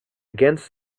against